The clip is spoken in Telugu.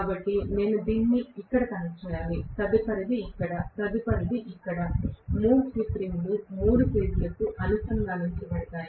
కాబట్టి నేను దీన్ని ఇక్కడ కనెక్ట్ చేయాలి తదుపరిది ఇక్కడ తదుపరిది ఇక్కడ 3 స్లిప్ రింగులు మూడు ఫేజ్ లకు అనుసంధానించబడతాయి